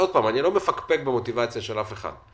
ואני לא מפקפק במוטיבציה של אף אחד,